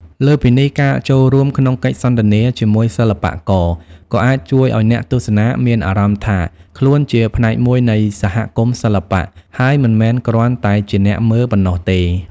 លើសពីនេះ ការចូលរួមក្នុងកិច្ចសន្ទនាជាមួយសិល្បករក៏អាចជួយឲ្យអ្នកទស្សនាមានអារម្មណ៍ថាខ្លួនជាផ្នែកមួយនៃសហគមន៍សិល្បៈ ហើយមិនមែនគ្រាន់តែជាអ្នកមើលប៉ុណ្ណោះទេ។